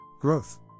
Growth